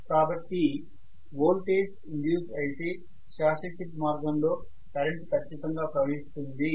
కాబట్టి voltage induce అయితే short circuit మార్గంలో కరెంటు ఖఛ్చితంగా ప్రవహిస్తుంది